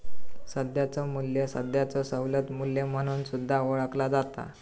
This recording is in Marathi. सध्याचो मू्ल्य सध्याचो सवलत मू्ल्य म्हणून सुद्धा ओळखला जाता